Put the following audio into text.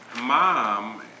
mom